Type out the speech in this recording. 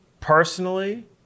personally